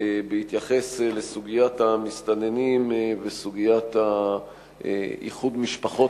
בסוגיית המסתננים ובסוגיית איחוד משפחות